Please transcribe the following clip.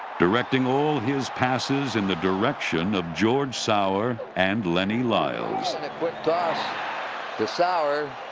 directing all his passes in the direction of george sauer and lenny lyles. and a quick toss to sauer.